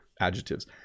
adjectives